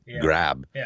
grab